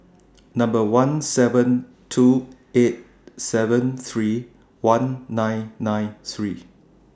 Number one seven two eight seven three one nine nine three